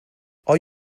are